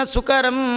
Sukaram